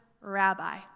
rabbi